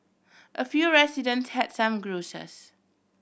a few residents has some grouses